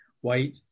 white